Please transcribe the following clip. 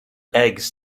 eggs